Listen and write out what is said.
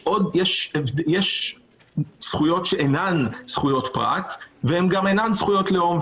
יש זכויות שאינן זכויות פרט והן גם אינן זכויות לאום,